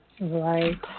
Right